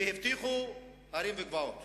והבטיחו הרים וגבעות.